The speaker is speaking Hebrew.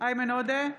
איימן עודה,